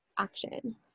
action